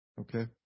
Okay